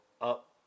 up